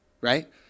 right